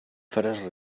faràs